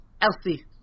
Elsie